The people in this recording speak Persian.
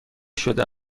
شده